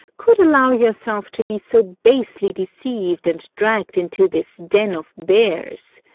could allow yourself to be so basely deceived and dragged into this den of bears?